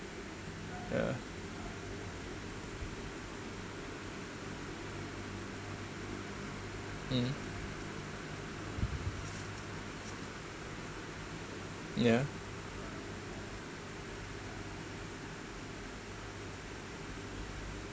yeah mmhmm yeah